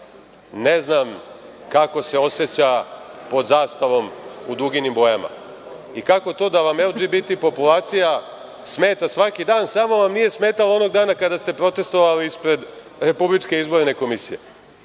ne znam kako se oseća pod zastavom u duginim bojama. Kako to da vam LGBP populacija smeta svaki dan, samo vam nije smetala onog dana kada ste protestvovali ispred Republičke izborne komisije?